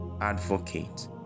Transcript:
advocate